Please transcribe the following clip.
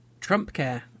Trumpcare